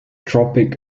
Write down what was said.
tropic